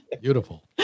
Beautiful